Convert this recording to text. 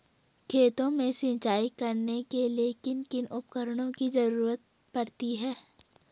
खेत में सिंचाई करने के लिए किन किन उपकरणों की जरूरत पड़ती है?